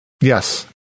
Yes